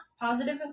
positive